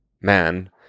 man